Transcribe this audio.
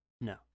no